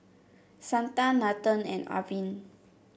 Santha Nathan and Arvind